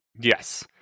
Yes